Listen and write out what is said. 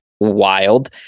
wild